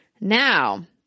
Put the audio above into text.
now